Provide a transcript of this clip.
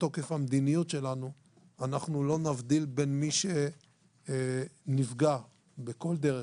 בתוקף המדיניות שלנו אנחנו לא נבדיל בין מי שנפגע בכל דרך,